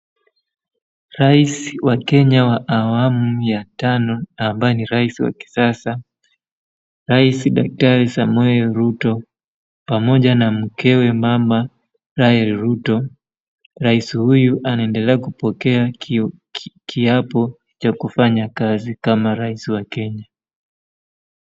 Rais wa Kenya wa awamu ya tano ambaye ni rais wa kisasa. Rais Daktari Samoei Ruto, pamoja na mkewe mama Rael Ruto. Rais huyu anaendelea kupokea kiapo cha kufanya kazi kama rais wa Kenya.